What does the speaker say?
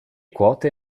quote